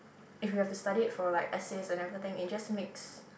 if you have to study it for like essays and everything it just makes